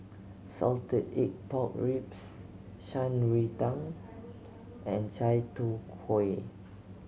salted egg pork ribs Shan Rui Tang and chai tow kway